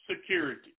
security